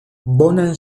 bonan